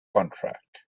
contract